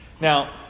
Now